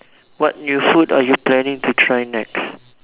what new food are you planning to try next